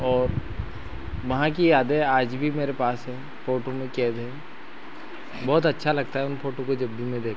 और वहाँ की यादें आज भी मेरे पास हैं फोटू में कैद हैं बहुत अच्छा लगता है उन फोटू को जब भी मैं देखता हूँ